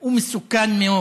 הוא מסוכן מאוד.